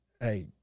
hey